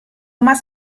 más